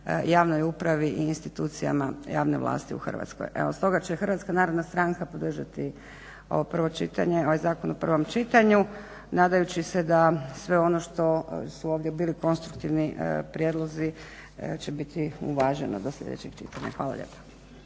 javnoj upravi i institucijama javne vlasti u Hrvatskoj. Evo stoga će HNS podržati ovo prvo čitanje, ovaj zakon u prvom čitanju nadajući se da sve ono što su ovdje bili konstruktivni prijedlozi će biti uvaženo do sljedećeg čitanja. Hvala lijepa.